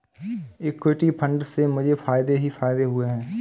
equity fund से मुझे फ़ायदे ही फ़ायदे हुए हैं